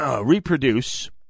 reproduce